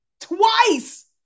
Twice